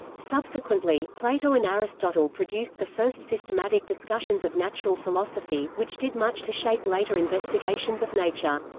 subsequently, plato and aristotle produced the first systematic discussions of natural philosophy, which did much to shape later investigations of nature.